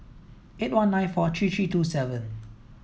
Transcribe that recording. eight one nine four three three two seven